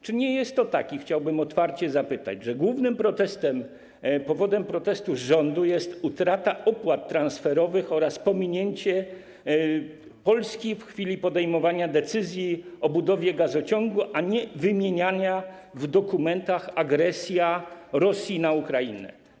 Czy nie jest tak - chciałbym otwarcie zapytać - że głównym powodem protestu rządu jest utrata opłat transferowych oraz pominięcie Polski w chwili podejmowania decyzji o budowie gazociągu, a nie wymieniana w dokumentach agresja Rosji na Ukrainę?